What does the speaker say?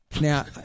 Now